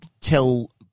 tell